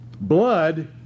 Blood